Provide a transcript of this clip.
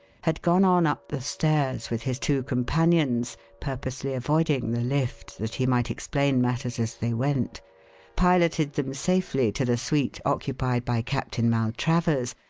had gone on up the stairs with his two companions purposely avoiding the lift that he might explain matters as they went piloted them safely to the suite occupied by captain maltravers,